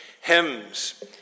hymns